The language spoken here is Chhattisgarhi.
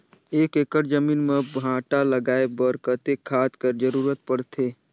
एक एकड़ जमीन म भांटा लगाय बर कतेक खाद कर जरूरत पड़थे?